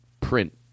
print